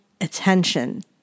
attention